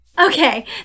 Okay